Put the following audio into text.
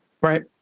Right